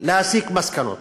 להסיק מסקנות.